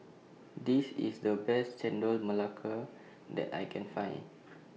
This IS The Best Chendol Melaka that I Can Find